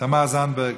תמר זנדברג,